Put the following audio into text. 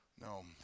No